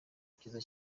cyiza